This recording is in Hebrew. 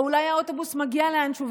או אולי האוטובוס מגיע לאן שהוא,